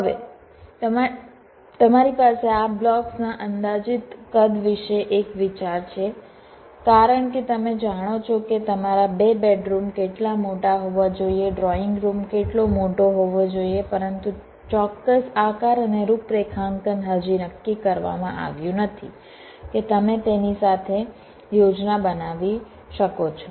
હવે તમારી પાસે આ બ્લોક્સના અંદાજિત કદ વિશે એક વિચાર છે કારણ કે તમે જાણો છો કે તમારા 2 બેડરૂમ કેટલા મોટા હોવા જોઈએ ડ્રોઈંગરૂમ કેટલો મોટો હોવો જોઈએ પરંતુ ચોક્કસ આકાર અને રૂપરેખાંકન હજી નક્કી કરવામાં આવ્યું નથી કે તમે તેની સાથે યોજના બનાવી શકો છો